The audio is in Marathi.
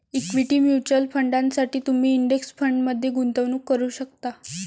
इक्विटी म्युच्युअल फंडांसाठी तुम्ही इंडेक्स फंडमध्ये गुंतवणूक करू शकता